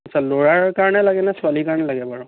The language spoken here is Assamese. আচ্ছা ল'ৰাৰ কাৰণে লাগে নে ছোৱালীৰ কাৰণে লাগে বাৰু